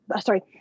sorry